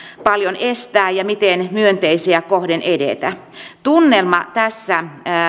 paljon estää ja miten myönteisiä kohden edetä tunnelma tässä